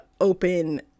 open